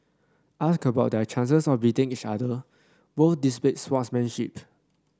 asked about their chances of beating each other both displayed sportsmanship